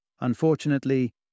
Unfortunately